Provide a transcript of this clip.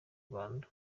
rwanda